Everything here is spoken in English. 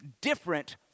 different